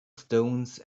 stones